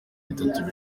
bitatu